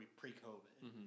pre-COVID